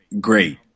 great